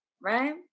Right